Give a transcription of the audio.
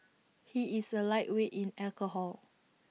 he is A lightweight in alcohol